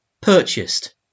purchased